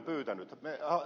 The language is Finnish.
miksi pyysi